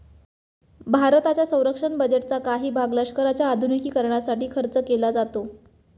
भारताच्या संरक्षण बजेटचा काही भाग लष्कराच्या आधुनिकीकरणासाठी खर्च केला जातो